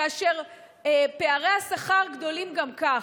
כאשר פערי השכר גדולים גם כך.